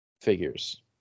figures